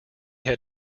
had